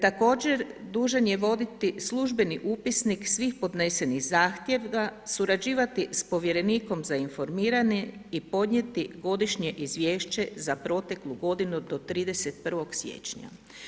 Također dužan je voditi službeni upisnik svih podnesenih zahtjeva surađivati s povjerenikom za informiranje i podnijeti godišnje izvješće za proteklu godinu do 31. siječnja.